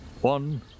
one